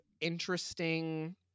interesting